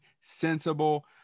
sensible